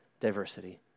diversity